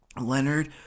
Leonard